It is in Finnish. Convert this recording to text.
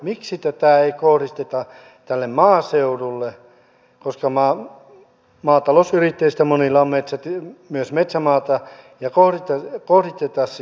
miksi tätä ei kohdisteta tälle maaseudulle koska maatalousyrittäjistä monilla on myös metsämaata ja porto vahti pasi